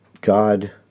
God